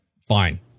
Fine